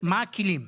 מה הכלים?